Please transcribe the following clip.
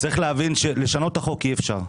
צריך להבין שלשנות את החוק אי-אפשר.